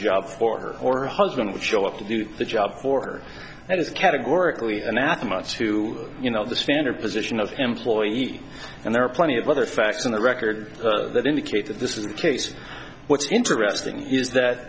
her or her husband would show up to do the job for her and it's categorically anathema to you know the standard position of employee and there are plenty of other facts in the record that indicate that this was the case what's interesting is that